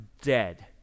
dead